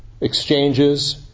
exchanges